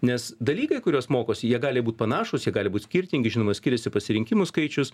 nes dalykai kuriuos mokosi jie gali būt panašūs jie gali būt skirtingi žinoma skiriasi pasirinkimų skaičius